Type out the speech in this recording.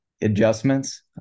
adjustments